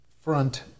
front